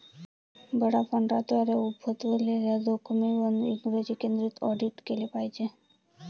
बडा फंडांद्वारे उद्भवलेल्या जोखमींवर इंग्रजी केंद्रित ऑडिट केले पाहिजे